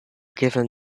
given